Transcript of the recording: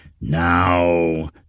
NOW